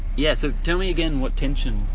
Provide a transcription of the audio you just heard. yeah, so tell me again what tension